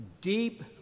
Deep